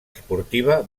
esportiva